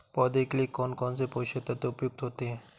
पौधे के लिए कौन कौन से पोषक तत्व उपयुक्त होते हैं?